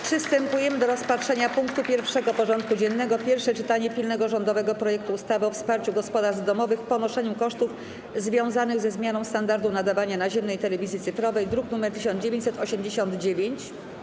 Przystępujemy do rozpatrzenia punktu 1. porządku dziennego: Pierwsze czytanie pilnego rządowego projektu ustawy o wsparciu gospodarstw domowych w ponoszeniu kosztów związanych ze zmianą standardu nadawania naziemnej telewizji cyfrowej (druk nr 1989)